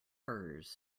firs